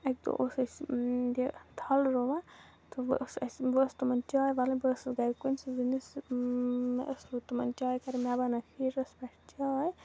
اَکہِ دۄہ اوس اَسہِ یہِ تھل رُووان تہٕ وۄنۍ ٲس اَسہِ وۄنۍ ٲس تِمَن چاے والٕنۍ بہٕ ٲسٕس گَرِ کُنسٕے زٔنِس مےٚ ٲس وۄنۍ تِمَن چاے کَرٕنۍ مےٚ بنٲو ہیٖٹرَس پٮ۪ٹھ چاے